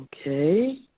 Okay